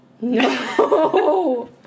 No